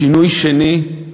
שינוי שני,